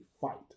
fight